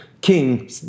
King